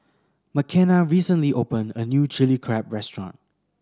Makenna recently opened a new Chilli Crab restaurant